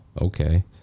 Okay